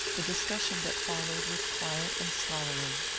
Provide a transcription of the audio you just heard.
the discussion that followed was quiet and scholarly.